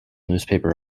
newspaper